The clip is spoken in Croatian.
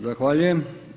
Zahvaljujem.